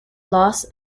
loss